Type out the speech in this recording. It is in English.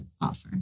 offer